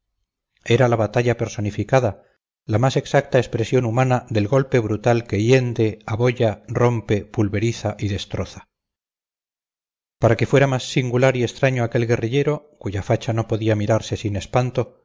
era la batalla personificada la más exacta expresión humana del golpe brutal que hiende abolla rompe pulveriza y destroza para que fuera más singular y extraño aquel guerrillero cuya facha no podía mirarse sin espanto